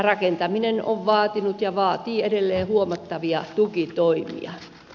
rakentaminen on vaatinut ja vaatii edelleen huomattavia tukitoimia